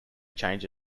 change